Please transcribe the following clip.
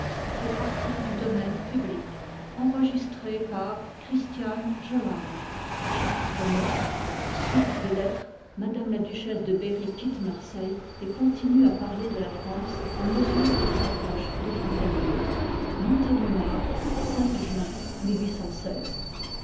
chap ix suite des lettres m la duchesse de berry quitte marseille et continue à parler de la franc'e à mesure qu'elle s'approche de fontainebleau